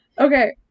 Okay